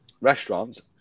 restaurants